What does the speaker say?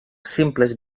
simples